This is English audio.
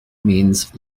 means